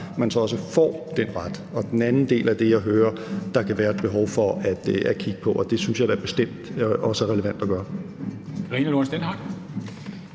ret, så også får den ret. Det er den anden del af det, jeg hører, og det kan der være et behov for at kigge på. Og det synes jeg da bestemt også det er relevant at gøre.